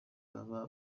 baba